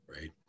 right